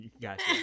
Gotcha